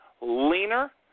leaner